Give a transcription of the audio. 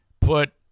put